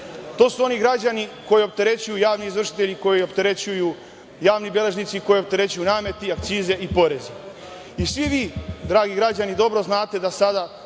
To su oni građani koje opterećuju javni izvršitelji, koje opterećuju javni beležnici, koje opterećuju nameti, akcize i porezi. Svi vi, dragi građani, dobro znade da smo